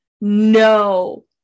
no